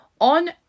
on